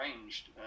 arranged